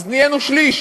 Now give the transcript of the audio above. אז נהיינו שליש